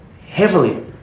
heavily